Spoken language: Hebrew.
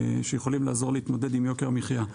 שיכולים לעזור להתמודד עם יוקר המחיה.